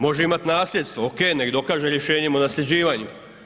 Može imati nasljedstvo, okej, neka dokaže rješenjem o nasljeđivanju.